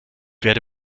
werde